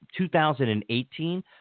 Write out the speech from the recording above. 2018